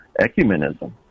ecumenism